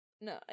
no